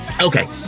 Okay